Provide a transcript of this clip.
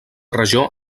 regió